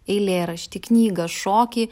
eilėraštį knygą šokį